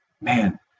man